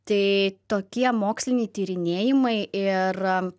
tai tokie moksliniai tyrinėjimai ir